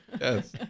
Yes